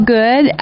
good